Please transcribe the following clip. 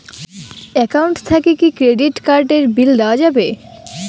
Account থাকি কি credit card এর বিল দেওয়া যাবে?